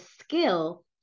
skill